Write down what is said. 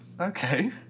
Okay